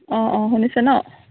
অঁ অঁ শুনিছে ন